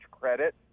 credit